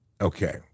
Okay